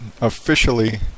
officially